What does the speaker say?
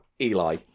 Eli